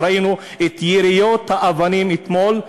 ראינו את יריות האבנים אתמול,